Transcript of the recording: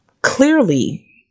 clearly